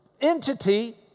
entity